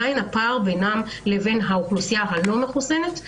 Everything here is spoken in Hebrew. הפער בינם לבין האוכלוסייה הלא-מחוסנת,